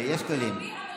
תתגברי.